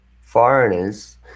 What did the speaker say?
foreigners